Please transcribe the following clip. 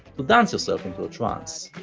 but dance yourself into a trance.